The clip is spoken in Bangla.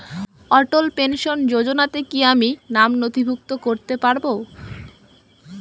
অটল পেনশন যোজনাতে কি আমি নাম নথিভুক্ত করতে পারবো?